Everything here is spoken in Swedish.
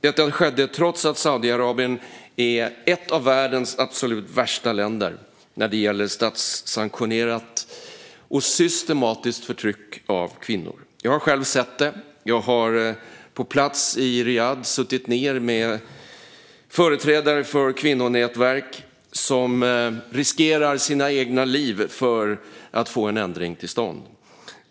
Detta skedde trots att Saudiarabien är ett av världens absolut värsta länder när det gäller statssanktionerat och systematiskt förtryck av kvinnor. Jag har själv sett det; jag har på plats i Riyadh suttit ned med företrädare för kvinnonätverk som riskerar sina egna liv för att få en ändring till stånd.